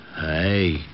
Hey